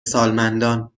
سالمندان